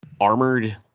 armored